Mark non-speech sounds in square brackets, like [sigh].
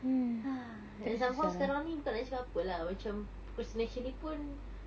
[noise] and somehow sekarang ni bukan nak cakap apa lah procrastination ni pun